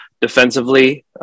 defensively